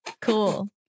Cool